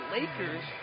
Lakers